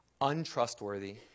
untrustworthy